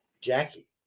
Jackie